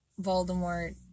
Voldemort